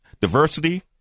diversity